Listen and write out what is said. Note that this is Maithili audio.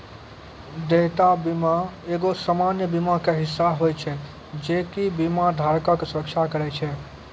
देयता बीमा एगो सामान्य बीमा के हिस्सा होय छै जे कि बीमा धारको के सुरक्षा करै छै